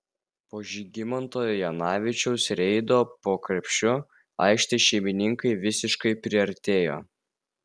po žygimanto janavičiaus reido po krepšiu aikštės šeimininkai visiškai priartėjo